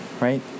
right